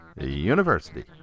University